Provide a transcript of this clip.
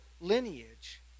lineage